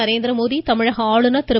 நரேந்திரமோடி தமிழக ஆளுநர் திரு